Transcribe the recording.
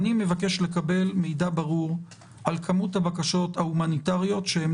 אני מבקש לקבל מידע ברור על כמות הבקשות ההומניטריות שהן